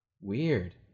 Weird